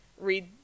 read